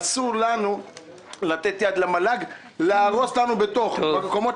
אסור לנו לתת יד מל"ג להרוס לנו במקומות